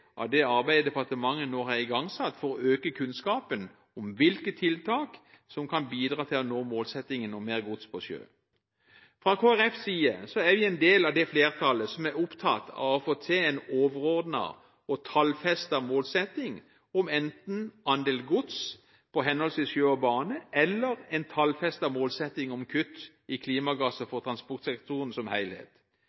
av det arbeidet departementet nå har igangsatt for å øke kunnskapen om hvilke tiltak som kan bidra til å nå målsettingen om mer gods på sjø. Kristelig Folkeparti er en del av det flertallet som er opptatt av å få til en overordnet og tallfestet målsetting om enten andelen gods på henholdsvis sjø og bane eller kutt i klimagasser for transportsektoren i